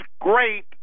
great